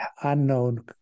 unknown